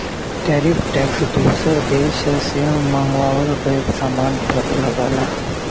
tariff tax दूसर देश से मंगावल गयल सामान पर लगला